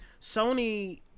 sony